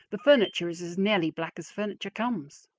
the furniture is as nearly black as furniture comes.